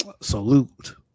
Salute